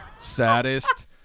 Saddest